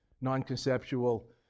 non-conceptual